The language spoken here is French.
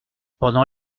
pendant